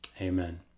Amen